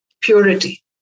purity